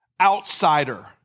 outsider